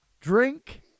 drink